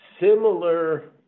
similar